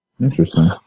Interesting